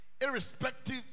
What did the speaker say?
irrespective